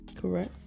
correct